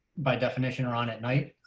by definition, or on at night.